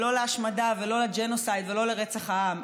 לא להשמדה ולא לג'נוסייד ולא לרצח העם,